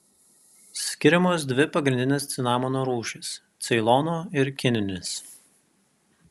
skiriamos dvi pagrindinės cinamono rūšys ceilono ir kininis